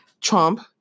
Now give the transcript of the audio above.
Trump